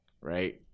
right